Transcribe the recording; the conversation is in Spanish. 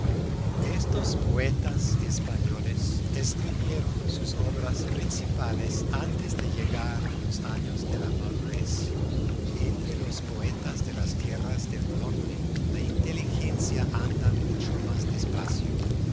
estos poetas españoles escribieron sus obras principales antes de llegar a los años de la madurez entre los poetas de las tierras del norte la inteligencia anda mucho más despacio